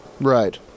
Right